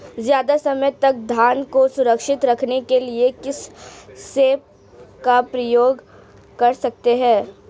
ज़्यादा समय तक धान को सुरक्षित रखने के लिए किस स्प्रे का प्रयोग कर सकते हैं?